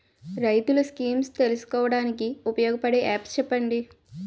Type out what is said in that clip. రైతులు స్కీమ్స్ తెలుసుకోవడానికి ఉపయోగపడే యాప్స్ చెప్పండి?